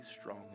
strong